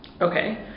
Okay